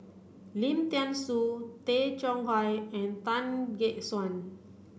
Lim Thean Soo Tay Chong Hai and Tan Gek Suan